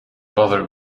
bothered